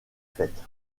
fêtes